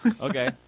Okay